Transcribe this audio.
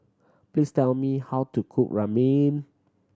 please tell me how to cook Ramen